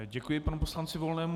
Děkuji panu poslanci Volnému.